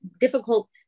difficult